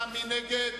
מי נגד?